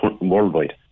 worldwide